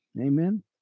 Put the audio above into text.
Amen